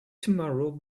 tomorrow